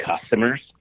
customers